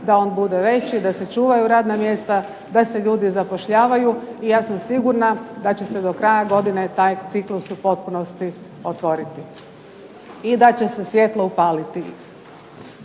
da on bude veći, da se čuvaju radna mjesta, da se ljudi zapošljavaju i ja sam sigurna da će se do kraja godine taj ciklus u potpunosti otvoriti i da će se svjetlo upaliti.